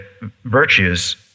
virtues